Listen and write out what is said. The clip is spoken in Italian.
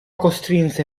costrinse